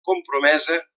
compromesa